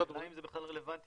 לא, השאלה אם זה בכלל רלוונטי.